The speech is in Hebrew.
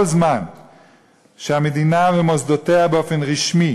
כל זמן שהמדינה ומוסדותיה באופן רשמי